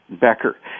Becker